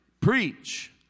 Preach